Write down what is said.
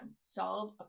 solve